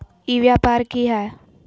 ई व्यापार की हाय?